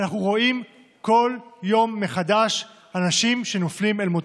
ואנחנו רואים כל יום מחדש אנשים שנופלים אל מותם.